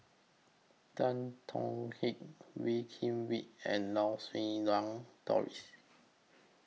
Tan Tong Hye Wee Kim Wee and Lau Siew Lang Doris